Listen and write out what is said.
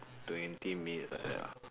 twenty minutes like that ah